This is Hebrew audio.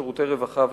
שירותי רווחה וכדומה.